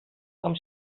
com